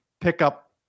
pickup